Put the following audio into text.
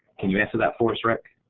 can you answer that for us, rick?